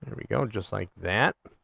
and you know just like that